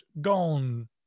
gone